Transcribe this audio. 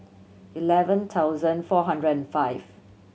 eleven thousand four hundred and five